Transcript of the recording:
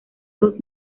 dos